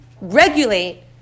regulate